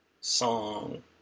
Song